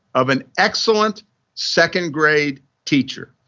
of an excellent second grade teacher?